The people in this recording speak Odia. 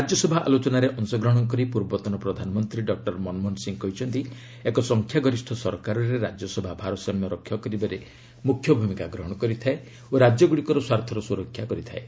ରାଜ୍ୟସଭା ଆଲୋଚନାରେ ଅଂଶଗ୍ରହଣ କରି ପୂର୍ବତନ ପ୍ରଧାନମନ୍ତ୍ରୀ ଡକ୍ଟର ମନମୋହନ ସିଂହ କହିଛନ୍ତି ଏକ ସଂଖ୍ୟାଗରିଷ୍ଠ ସରକାରରେ ରାଜ୍ୟସଭା ଭାରସାମ୍ୟ ରକ୍ଷା କରିବାରେ ମୁଖ୍ୟ ଭୂମିକା ଗ୍ରହଣ କରିଥାଏ ଓ ରାଜ୍ୟଗୁଡ଼ିକର ସ୍ୱାର୍ଥର ସ୍ୱରକ୍ଷା କରିଥାଏ